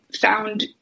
found